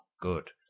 Good